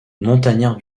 montagnard